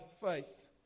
faith